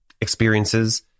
experiences